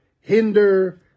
hinder